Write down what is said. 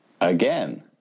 again